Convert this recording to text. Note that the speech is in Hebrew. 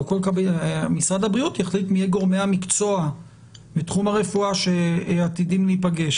משרד הבריאות יחליט מי גורמי המקצוע בתחום הרפואי שעתידים להיפגש.